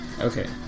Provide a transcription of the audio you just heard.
Okay